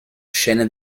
scene